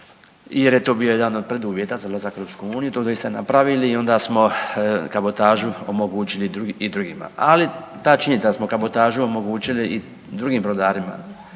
jer je to bio jedan od preduvjeta za ulazak u EU, to bi se napravili i onda smo kabotažu omogućili i drugima, ali ta činjenica s kabotažom omogućili i drugim brodarima,